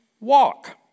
walk